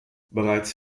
bereits